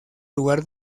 lugar